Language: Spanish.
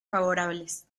favorables